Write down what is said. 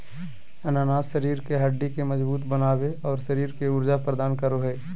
अनानास शरीर के हड्डि के मजबूत बनाबे, और शरीर के ऊर्जा प्रदान करो हइ